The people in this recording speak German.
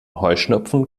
heuschnupfen